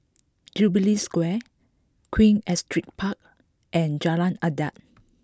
Jubilee Square Queen Astrid Park and Jalan Adat